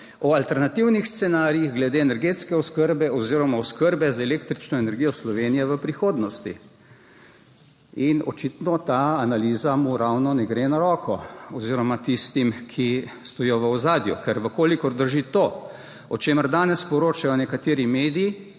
o alternativnih scenarijih glede energetske oskrbe oziroma oskrbe z električno energijo Slovenije v prihodnosti, in očitno ta analiza mu ravno ne gre na roko oziroma tistim, ki stojijo v ozadju, ker v kolikor drži to, o čemer danes poročajo nekateri mediji,